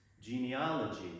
genealogy